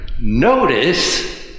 notice